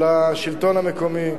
של השלטון המקומי,